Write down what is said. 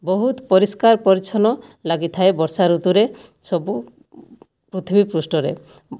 ବହୁତ ପରିଷ୍କାର ପରିଚ୍ଛନ୍ନ ଲାଗିଥାଏ ବର୍ଷା ଋତୁରେ ସବୁ ପୃଥିବୀ ପୃଷ୍ଠରେ